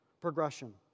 progression